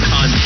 on